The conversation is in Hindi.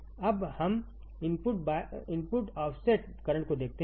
अब हम इनपुट ऑफसेट करंट को देखते हैं